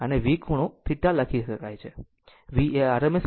આમ આને V ખૂણો θ તરીકે લખી શકાય છે